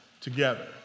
together